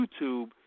YouTube